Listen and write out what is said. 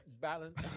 Balance